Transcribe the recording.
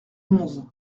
onze